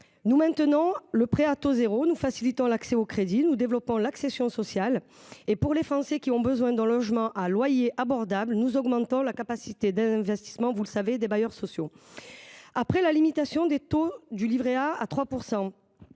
Nous maintenons le prêt à taux zéro, nous facilitons l’accès au crédit, nous développons l’accession sociale. Et pour les Français qui ont besoin d’un logement à un loyer abordable, nous augmentons la capacité d’investissement des bailleurs sociaux. Après la limitation du taux du livret A à 3 %,